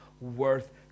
worth